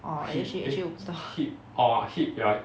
orh actually actually 我不知道